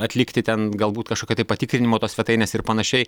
atlikti ten galbūt kažkokio tai patikrinimo tos svetainės ir panašiai